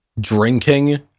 drinking